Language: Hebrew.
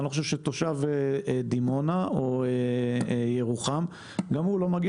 אני לא חושב שתושב דימונה או ירוחם מגיע